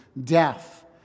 death